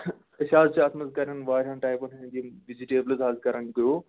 أسۍ حظ چھِ اَتھ منٛز کَران واریاہَن ٹایپَن ہٕنٛدۍ یِم وِجٹیبلٕز حظ کَران گرٛوٗ